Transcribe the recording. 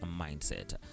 mindset